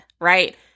right